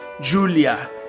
Julia